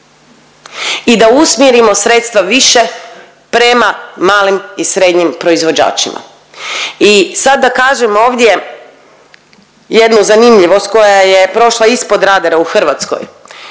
i da usmjerimo sredstva više prema malim i srednjim proizvođačima. I sad da kažem ovdje jednu zanimljivost koja je prošla ispod rada u Hrvatskoj.